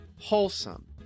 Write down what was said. wholesome